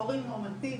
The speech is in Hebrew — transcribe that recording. הורים נורמטיביים,